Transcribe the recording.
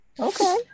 okay